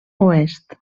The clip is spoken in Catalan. oest